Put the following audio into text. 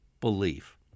belief